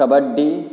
kabaddi